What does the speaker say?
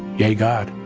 yay, god.